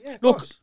look